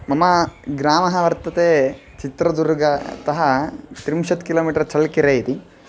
मम ग्रामः वर्तते चित्रदुर्गः अतः त्रिंशत् किलोमीटर् चळ्केरे इति